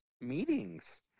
meetings